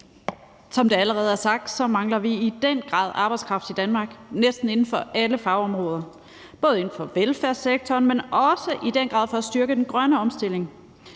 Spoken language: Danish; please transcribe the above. Som det allerede er blevet sagt, mangler vi i den grad arbejdskraft i Danmark inden for næsten alle fagområder – både inden for velfærdssektoren, men også i den grad i forhold til at styrke den grønne omstilling.